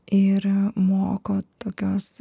ir moko tokios